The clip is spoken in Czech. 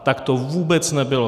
Tak to vůbec nebylo.